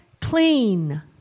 clean